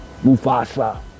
Mufasa